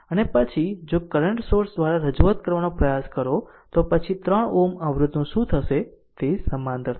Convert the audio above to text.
અને પછી જો કરંટ સોર્સ દ્વારા રજૂઆત કરવાનો પ્રયાસ કરો તો પછી આ 3 Ω અવરોધનું શું થશે તે સમાંતર હશે